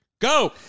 Go